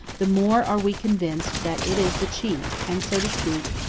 the more are we convinced that it is the chief and, so to speak,